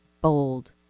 bold